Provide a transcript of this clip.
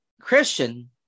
Christian